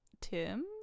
Tim